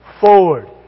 forward